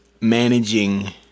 managing